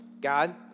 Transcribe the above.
God